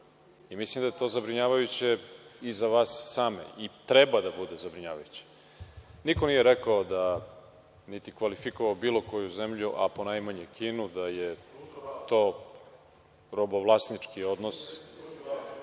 i mislim da je to zabrinjavajuće i za vas same i treba da bude zabrinjavajuće. Niko nije rekao niti kvalifikovao bilo koju zemlju, a ponajmanje Kinu, da je to robovlasnički odnos.